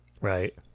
Right